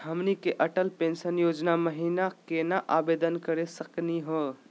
हमनी के अटल पेंसन योजना महिना केना आवेदन करे सकनी हो?